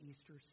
Easter